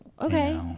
okay